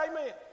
amen